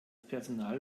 personal